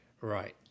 Right